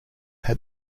had